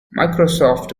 microsoft